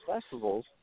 festivals